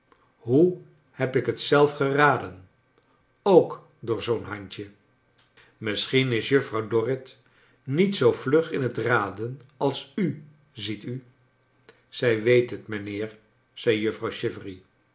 hoe heb ik het zelf geraden ook door zoo'n handje misschien is juffrouw dorrit n et zoo vlug in het raden als u ziet u n zij weet het mijnheer zei juffrouw